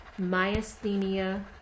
myasthenia